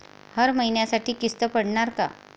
हर महिन्यासाठी किस्त पडनार का?